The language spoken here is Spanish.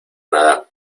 nada